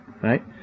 right